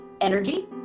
energy